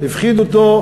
הפחידו אותו,